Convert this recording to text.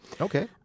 Okay